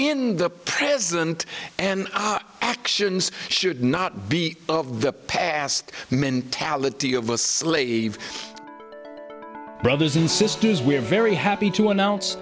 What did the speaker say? in the present and our actions should not be of the past mentality of a slave brothers and sisters we are very happy to announce